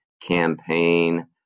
campaign